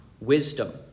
Wisdom